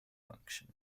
function